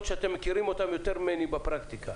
שאתם מכירים אותן יותר ממני בפרקטיקה.